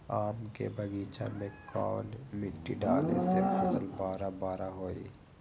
आम के बगीचा में कौन मिट्टी डाले से फल बारा बारा होई?